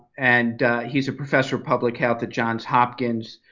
and he's a professor of public health at johns hopkins.